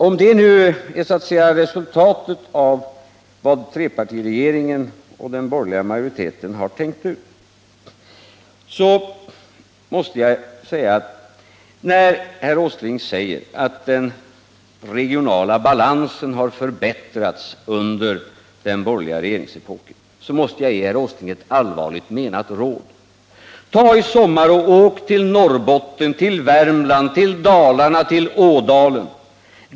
Om det så att säga är resultatet av vad trepartiregeringen och den borgerliga majoriteten har tänkt ut måste jag, när herr Åsling påstår att den regionala balansen har förbättrats under den borgerliga regeringsepoken, ge herr Åsling ett allvarligt menat råd: Åk i sommar till Norrbotten, till Värmland, till Dalarna, till Ådalen.